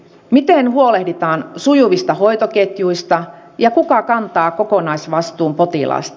miten huolehditaan sujuvista hoitoketjuista ja kuka kantaa kokonaisvastuun potilaasta